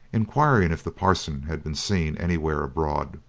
enquiring if the parson had been seen anywhere abroad.